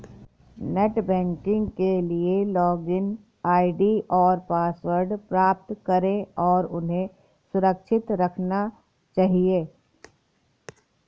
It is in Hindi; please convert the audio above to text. नेट बैंकिंग के लिए लॉगिन आई.डी और पासवर्ड प्राप्त करें और उन्हें सुरक्षित रखना चहिये